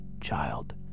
child